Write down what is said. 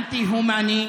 אנטי-הומני,